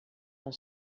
del